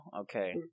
Okay